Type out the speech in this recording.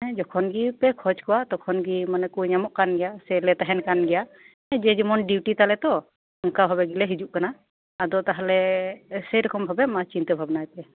ᱡᱚᱠᱷᱚᱱ ᱜᱮᱯᱮ ᱠᱷᱚᱡ ᱠᱚᱣᱟ ᱛᱚᱠᱷᱚᱱᱜᱮ ᱢᱟᱱᱮ ᱠᱚ ᱧᱟᱢᱚᱜ ᱠᱟᱱᱜᱮᱭᱟ ᱥᱮ ᱞᱮ ᱛᱟᱸᱦᱮᱱ ᱠᱟᱱ ᱜᱮᱭᱟ ᱡᱮ ᱡᱮᱢᱚᱱ ᱰᱤᱣᱴᱤ ᱛᱟᱞᱮ ᱛᱳ ᱚᱱᱠᱟ ᱵᱷᱟᱵᱮ ᱜᱮᱞᱮ ᱦᱤᱡᱩᱜ ᱠᱟᱱᱟ ᱟᱫᱚ ᱛᱟᱦᱚᱞᱮ ᱥᱮ ᱨᱚᱠᱚᱢ ᱵᱷᱟᱵᱮ ᱢᱟ ᱪᱤᱱᱛᱟᱹ ᱵᱷᱟᱵᱱᱟᱭᱯᱮ